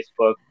facebook